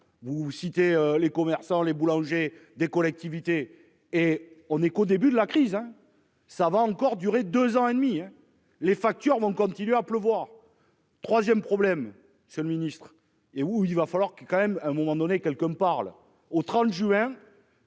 Vous citez les commerçants les boulangers des collectivités et on est qu'au début de la crise hein ça va encore durer 2 ans et demi hein. Les factures vont continuer à pleuvoir. 3ème problème, c'est le ministre et où il va falloir qu'il est quand même à un moment donné quelqu'un parle au 30 juin.